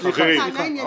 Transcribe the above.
סליחה.